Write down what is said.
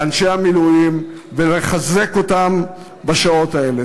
לאנשי המילואים, ולחזק אותם בשעות האלה.